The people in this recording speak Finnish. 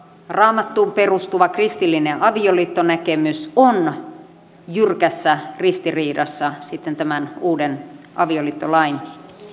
raamattuun perustuva kristillinen avioliittonäkemys on jyrkässä ristiriidassa sitten tämän uuden avioliittolain